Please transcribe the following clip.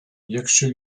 якщо